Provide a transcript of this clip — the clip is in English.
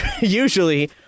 Usually